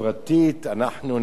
אנחנו ניענה בחיוב,